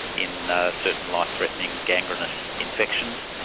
in certain life-threatening gangrenous infections,